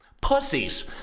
pussies